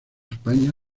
españa